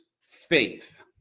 faith